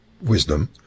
wisdom